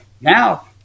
now